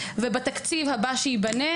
ובתקציב הבא שייבנה